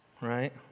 right